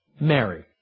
Mary